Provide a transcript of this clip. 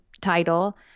title